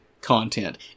content